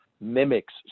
mimics